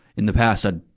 in the past, i,